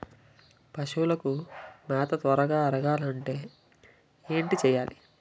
పశువులకు మేత త్వరగా అరగాలి అంటే ఏంటి చేయాలి?